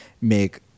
make